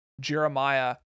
Jeremiah